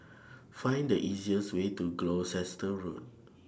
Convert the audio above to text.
Find The easiest Way to Gloucester Road